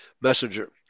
messenger